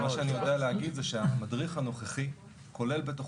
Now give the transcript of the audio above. מה שאני יודע להגיד זה שהמדריך הנוכחי כולל בתוכו